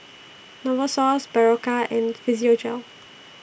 Novosource Berocca and Physiogel